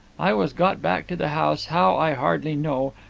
i was got back to the house, how i hardly know,